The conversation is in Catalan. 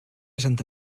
santa